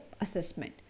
assessment